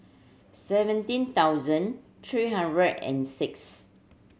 seventeen thousand three hundred and six